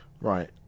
Right